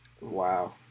Wow